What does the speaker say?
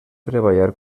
treballar